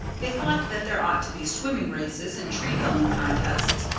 they thought that there ought to be swimming races and tree-felling contests.